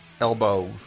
elbow